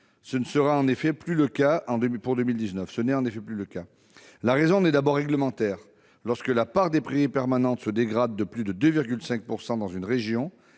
ce n'est en effet plus le cas en 2019. La raison en est d'abord réglementaire : lorsque la part des prairies permanentes se dégrade de plus de 2,5 % dans une région,